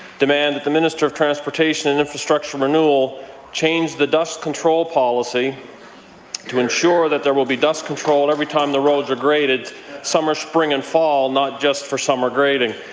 demand that the minister of transportation and infrastructure renewal change the dust control policy to ensure that there will be dust control every time the roads are graded summer, spring, and fall! not just for the summer grading.